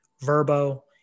verbo